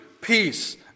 peace